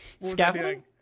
Scaffolding